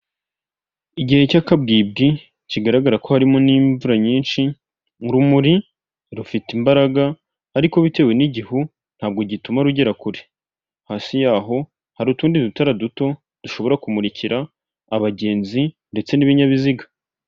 Igihe cy'akabwibwi kigaragara ko harimo n'imvura nyinshi, urumuri rufite imbaraga ariko bitewe n'igihu ntabwo gituma rugera kure, hasi yaho hari utundi dutara duto dushobora kumurikira abagenzi ndetse n'ibinyabiziga.